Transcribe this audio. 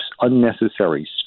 unnecessary